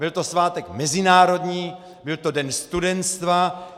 Byl to svátek mezinárodní, byl to den studentstva.